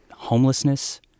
homelessness